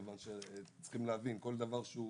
כיוון שצריך להבין שכל דבר שהוא